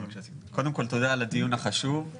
קודם כול, תודה על הדיון החשוב.